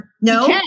No